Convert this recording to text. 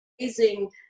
amazing